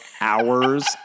hours